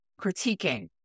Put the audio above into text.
critiquing